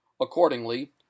Accordingly